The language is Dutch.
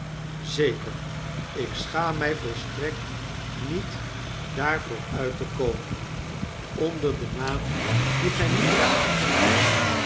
zeker ik schaam my volstrekt niet daarvoor uit te komen onder den naam dien gij nu draagt